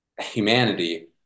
humanity